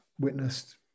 witnessed